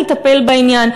אני אטפל בעניין.